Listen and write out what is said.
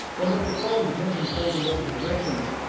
and with mcfarlane's attention pulled in multiple directions,